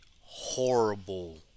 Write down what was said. horrible